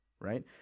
Right